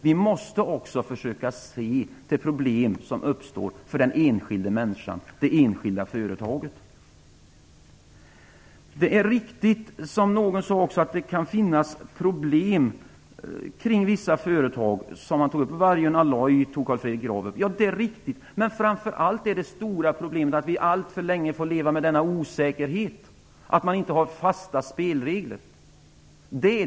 Vi måste också försöka se de problem som uppstår för den enskilda människan och det enskilda företaget. Det kan mycket riktigt, som någon sade, finnas problem för vissa företag. Carl Fredrik Graf tog upp Vargöns Alloys. Framför allt är det stora problemet att vi alltför länge har fått leva med en osäkerhet, att man inte har fasta spelregler.